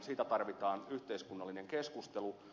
siitä tarvitaan yhteiskunnallinen keskustelu